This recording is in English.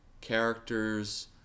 characters